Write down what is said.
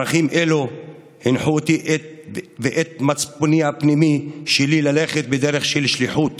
ערכים אלו הנחו אותי ואת מצפוני הפנימי ללכת בדרך של שליחות